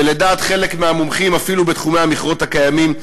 ולדעת חלק מהמומחים אפילו בתחומי המכרות הקיימים,